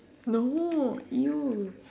no !eww!